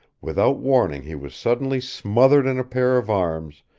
without warning he was suddenly smothered in a pair of arms,